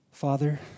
Father